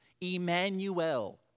Emmanuel